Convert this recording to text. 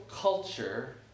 culture